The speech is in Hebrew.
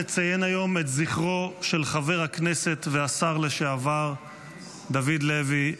נציין היום את זכרו של חבר הכנסת והשר לשעבר דוד לוי,